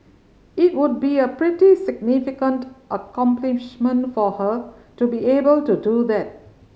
it would be a pretty significant accomplishment for her to be able to do that